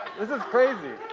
this is crazy.